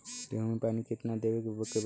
गेहूँ मे पानी कितनादेवे के बा?